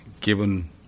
given